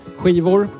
skivor